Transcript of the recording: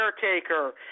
caretaker